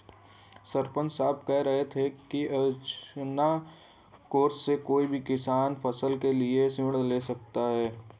सरपंच साहब कह रहे थे कि अवसंरचना कोर्स से कोई भी किसान फसलों के लिए ऋण ले सकता है